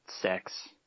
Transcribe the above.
sex